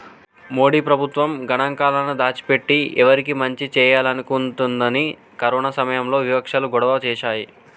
మోడీ ప్రభుత్వం గణాంకాలను దాచి పెట్టి ఎవరికి మంచి చేయాలనుకుంటుందని కరోనా సమయంలో వివక్షాలు గొడవ చేశాయి